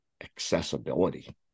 accessibility